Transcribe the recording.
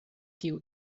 kiu